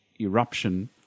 eruption